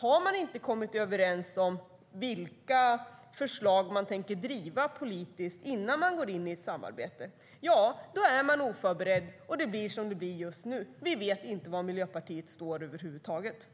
Om man inte har kommit överens om vilka förslag man tänker driva politiskt innan man går in i ett samarbete är man oförberedd och det blir som det blir just nu. Vi vet inte var Miljöpartiet står över huvud taget.